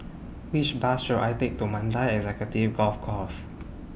Which Bus should I Take to Mandai Executive Golf Course